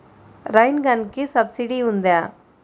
Rain గన్కి సబ్సిడీ ఉందా?